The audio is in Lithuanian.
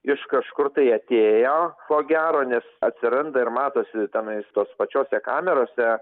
iš kažkur tai atėjo ko gero nes atsiranda ir matosi tenais tos pačiose kamerose